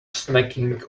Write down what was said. snacking